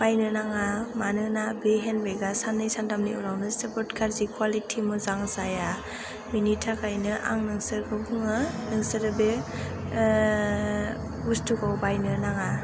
बायनो नाङा मानोना बे हेन्द बेगा साननै सानथाम उनावनो जोबोद गाज्रि कुवालिटि मोजां जाया बेनिथाखायनो आं नोंसोरखौ बुङो नोंसोर बे बुस्थुखौ बायनो नाङा